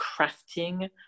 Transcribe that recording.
crafting